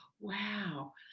Wow